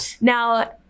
Now